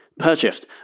purchased